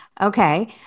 Okay